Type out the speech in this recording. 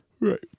Right